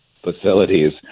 facilities